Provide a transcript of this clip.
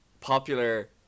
popular